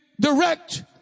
direct